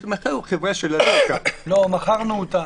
מתמחה הוא חברה --- מכרנו אותה.